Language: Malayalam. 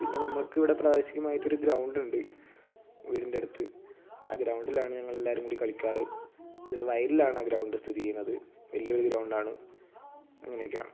പിന്നെ നമ്മൾക്കിവിടെ പ്രാദേശികമായിട്ട് ഒരു ഗ്രൗൻഡ് ഉണ്ട് വീടിൻ്റെ അടുത്ത് ആ ഗ്രൌൻഡിലാണ് ഞങ്ങൾ എല്ലാവരും കൂടി കളിക്കാറ് അതൊരു വയലിലാണ് ആ ഗ്രൗൻഡ് സ്ഥിതി ചെയ്യുന്നത് വലിയ ഒരു ഗ്രൗൻഡ് ആണ് അങ്ങനെയൊക്കെയാണ്